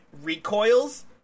recoils